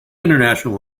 international